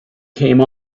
came